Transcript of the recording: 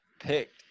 picked